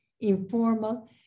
informal